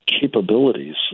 capabilities